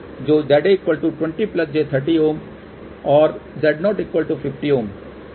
तो ZA 20j30 Ω और Z0 50 Ω